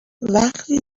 وقتی